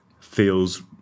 feels